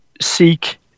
seek